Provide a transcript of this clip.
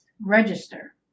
register